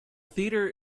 theater